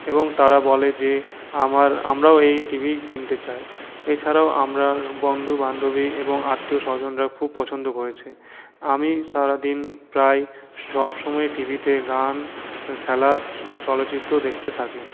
এবং তারা বলে যে আমার আমরাও এই টিভি কিনতে চাই এছাড়াও আমরার বন্ধু বান্ধবী এবং আত্মীয় স্বজনরা খুব পছন্দ করেছে আমি সারাদিন প্রায় সবসময়ই টিভিতে গান খেলা চলচ্চিত্র দেখতে থাকি